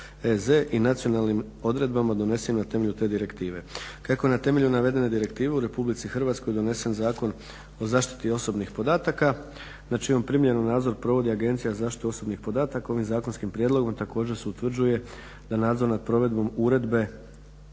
i nacionalnim odredbama donesenim na temelju te direktive. Kako je na temelju navedene direktive u RH donesen Zakon o zaštiti osobnih podataka, nad čijom primjenom nadzor provodi Agencija za zaštitu osobnih podataka. Ovim zakonskim prijedlogom također se utvrđuje da nadzor na provedbom uredbe